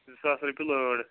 زٕ ساس رۄپیہِ لٲر